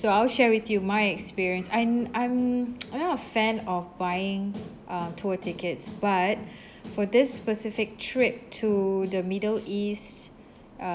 so I'll share with you my experience and I'm I'm not a fan of buying uh tour tickets but for this specific trip to the middle east uh